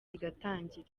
igatangira